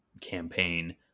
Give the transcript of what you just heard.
campaign